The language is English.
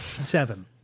Seven